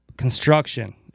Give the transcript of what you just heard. construction